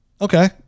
Okay